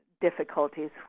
difficulties